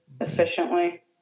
efficiently